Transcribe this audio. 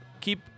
keep